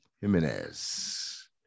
Jimenez